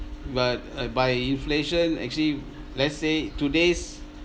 but uh by inflation actually let's say today's